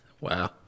Wow